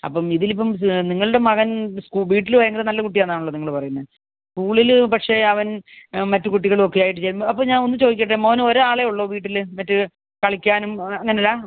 അപ്പം ഇതിലിപ്പോൾ നിങ്ങളുടെ മകൻ വീട്ടിൽ ഭയങ്കര നല്ല കുട്ടിയാണെന്നാണല്ലോ നിങ്ങൾ പറയുന്നത് സ്കൂളിൽ പക്ഷെ അവൻ മറ്റ് കുട്ടികളുമൊക്കെയായിട്ട് അപ്പോൾ ഞാൻ ഒന്ന് ചോദിക്കട്ടെ മോൻ ഒരാളെ ഉള്ളോ വീട്ടിൽ മറ്റ് കളിക്കാനും അങ്ങനെ അല്ല